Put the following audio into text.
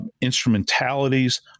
instrumentalities